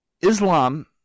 Islam